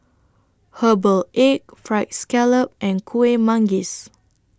Herbal Egg Fried Scallop and Kueh Manggis